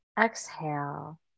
Exhale